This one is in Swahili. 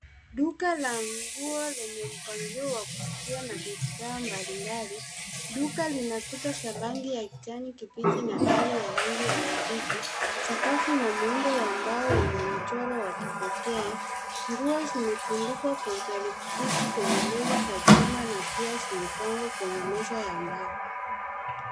Duka la nguo lenye mpangilio wa kuvutia na bidhaa mbalimbali. Duka lina kuta za rangi ya kijani kibichi na dari ya rangi ya waridi. Sakafu ina muundo wa mbao wenye mchoro wa kipekee .Nguo zimetundikwa kwa utaratibu kwenye reli za chuma na pia zimepangwa kwenye meza ya mbao.